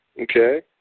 okay